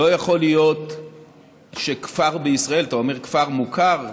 לא יכול להיות שכפר בישראל, אתה אומר כפר מוכר,